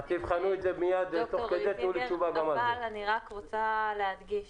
אני רוצה להדגיש